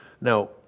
Now